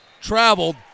traveled